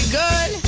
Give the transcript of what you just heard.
good